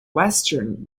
western